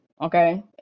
okay